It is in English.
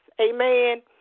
amen